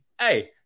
hey